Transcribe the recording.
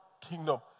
kingdom